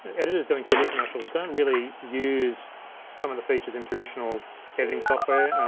editors doing tv commercials don't really use some of the features in traditional editing software,